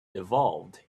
evolved